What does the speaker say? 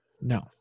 No